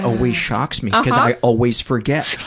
always shocks me because i always forget.